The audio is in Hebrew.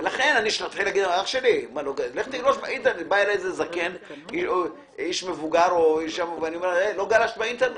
בא אליי איש מבוגר ואני אומר לו: לא גלשת באינטרנט,